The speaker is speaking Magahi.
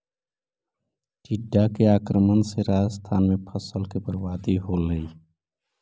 टिड्डा के आक्रमण से राजस्थान में फसल के बर्बादी होलइ